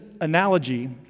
analogy